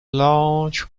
large